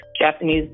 Japanese